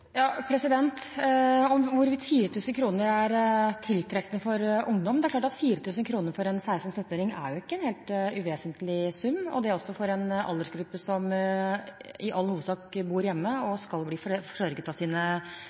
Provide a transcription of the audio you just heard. er tiltrekkende for ungdom – det er klart at 4 000 kr for en 16–17-åring ikke er en helt uvesentlig sum, og dette er også en aldersgruppe som i all hovedsak bor hjemme og skal bli forsørget av sine